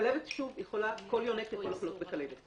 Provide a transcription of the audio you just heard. כלבת - כל יונק יכול לחלות בכלבת.